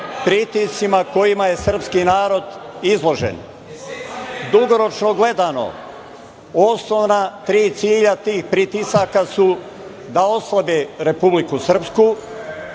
pritiscima kojima je srpski narod izložen. Dugoročno gledano osnovna tri cilja ti pritisaka su da oslabe Republiku Srpsku,